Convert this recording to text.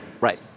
Right